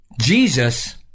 Jesus